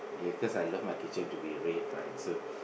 yeah cause I love my kitchen to be red right so